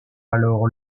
alors